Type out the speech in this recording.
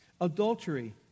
Adultery